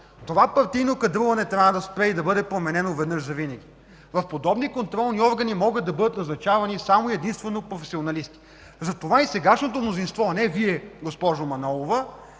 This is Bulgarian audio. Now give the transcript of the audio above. Това партийно кадруване трябва да спре и да бъде променено веднъж завинаги! В подобни контролни органи могат да бъдат назначавани само и единствено професионалисти. Затова и сегашното мнозинство – не Вие, госпожо Манолова,